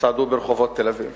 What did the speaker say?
שצעדו ברחובות תל-אביב